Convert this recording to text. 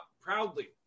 proudly